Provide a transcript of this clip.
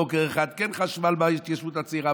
בוקר אחד כן חשמל בהתיישבות הצעירה,